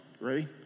Ready